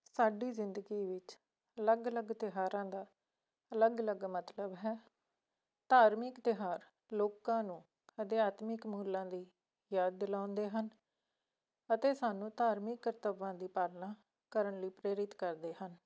ਸਾਡੀ ਜ਼ਿੰਦਗੀ ਵਿੱਚ ਅਲੱਗ ਅਲੱਗ ਤਿਉਹਾਰਾਂ ਦਾ ਅਲੱਗ ਅਲੱਗ ਮਤਲਬ ਹੈ ਧਾਰਮਿਕ ਤਿਉਹਾਰ ਲੋਕਾਂ ਨੂੰ ਅਧਿਆਤਮਿਕ ਮੁੱਲਾਂ ਦੀ ਯਾਦ ਦਿਲਾਉਂਦੇ ਹਨ ਅਤੇ ਸਾਨੂੰ ਧਾਰਮਿਕ ਕਰਤਵਾਂ ਦੀ ਪਾਲਨਾ ਕਰਨ ਲਈ ਪ੍ਰੇਰਿਤ ਕਰਦੇ ਹਨ